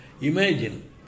imagine